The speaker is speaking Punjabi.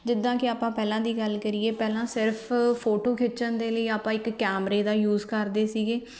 ਜਿੱਦਾਂ ਕਿ ਆਪਾਂ ਪਹਿਲਾਂ ਦੀ ਗੱਲ ਕਰੀਏ ਪਹਿਲਾਂ ਸਿਰਫ ਫੋਟੋ ਖਿੱਚਣ ਦੇ ਲਈ ਆਪਾਂ ਇੱਕ ਕੈਮਰੇ ਦਾ ਯੂਸ ਕਰਦੇ ਸੀਗੇ